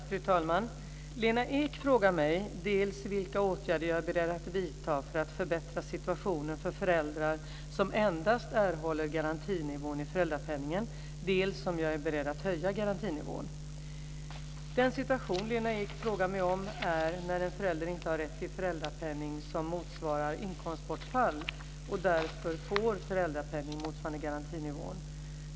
Fru talman! Lena Ek frågar mig dels vilka åtgärder jag är beredd att vidta för att förbättra situationen för föräldrar som endast erhåller garantinivån i föräldrapenningen, dels om jag är beredd att höja garantinivån. Den situation Lena Ek frågar mig om är när en förälder inte har rätt till föräldrapenning som motsvarar inkomstbortfall och därför får föräldrapenning motsvarande garantinivån.